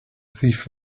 thief